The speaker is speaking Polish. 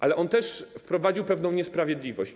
Ale on też wprowadził pewną niesprawiedliwość.